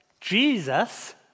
Jesus